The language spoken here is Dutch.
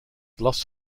last